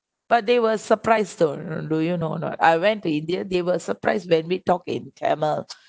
but they were surprised though do you know I went to india they were surprised when we talk in tamil